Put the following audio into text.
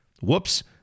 Whoops